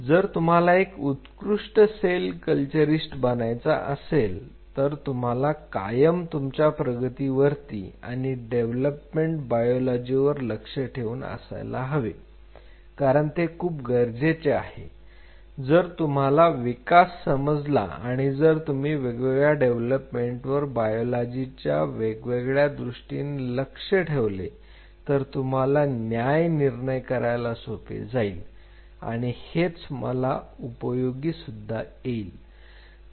जर तुम्हाला एक उत्कृष्ट सेल कल्चरीस्ट बनायचं असेल तर तुम्हाला कायम तुमच्या प्रगती वरती आणि डेव्हलपमेंट बायलॉजी वर लक्ष ठेवून असायला हवे कारण ते खूप गरजेचे आहे जर तुम्हाला विकास समजला किंवा जर तुम्ही वेगवेगळ्या डेव्हलपमेन्ट वर बायलॉजी च्या वेगवेगळ्या दृष्टीने लक्ष ठेवले तर तुम्हाला न्याय निर्णय करायला सोपे जाईल आणि हेच मला उपयोगी सुद्धा येईल